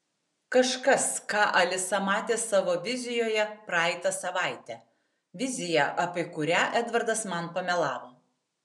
kažkas ką alisa matė savo vizijoje praeitą savaitę viziją apie kurią edvardas man pamelavo